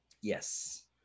Yes